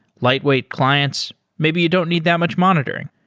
lightweight clients, maybe you don't need that much monitoring,